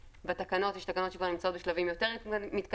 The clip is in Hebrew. בתקנות יש תקנות שנמצאות כבר בשלבים יותר מתקדמים,